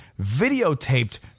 videotaped